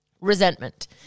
Resentment